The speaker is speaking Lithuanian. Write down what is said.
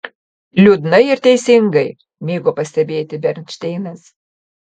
liūdnai ir teisingai mėgo pastebėti bernšteinas